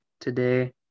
today